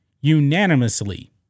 unanimously